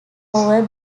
over